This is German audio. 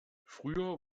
früher